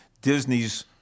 Disney's